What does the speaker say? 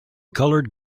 colored